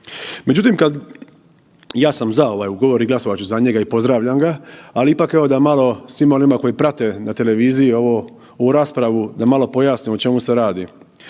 Međutim, kad, ja sam za ovaj ugovor i glasovat ću za njega i pozdravljam ga, ali ipak, evo da malo, svima onima koji prate na televiziji ovo, ovu raspravu, da malo pojasnim o čemu se radi.